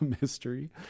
mystery